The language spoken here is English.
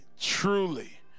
truly